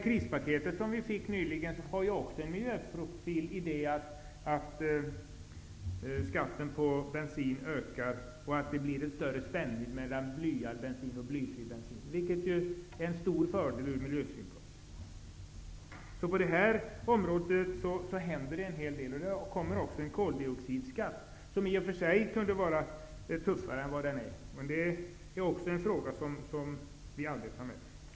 Krispaketet nyligen har också en miljöprofil i och med höjningen av skatten på bensin och den större spännvidden mellan blyad och blyfri bensin. Det är en stor fördel från miljösynpunkt. På miljöområdet händer det alltså en hel del. Jag kan säga att det också kommer en koldioxidskatt, som i och för sig kunde vara tuffare. Den frågan arbetar vi också med.